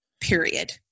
period